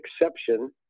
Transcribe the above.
exception